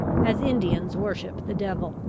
as indians worship the devil.